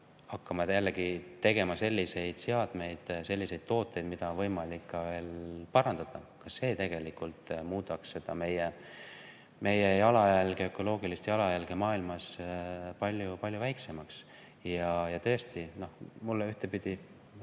hakkama jällegi tegema selliseid seadmeid, selliseid tooteid, mida on võimalik parandada. Ka see tegelikult muudaks meie ökoloogilist jalajälge maailmas palju väiksemaks. Tõesti, ühtepidi